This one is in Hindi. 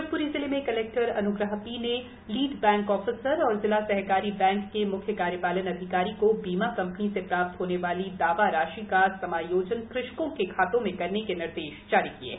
शिवपुरी जिलामें कलव्टर अनुग्रहा पी नालीड बैंक आफिसर एवाजिला सहकारी बैंक कामुख्य कार्यपालन अधिकारी को बीमा क्यानी सप्राप्त होनावाली दावा राशि का समायोजन कृषकोक्षाखातोफ़ें करनक्सनिर्देश दिए है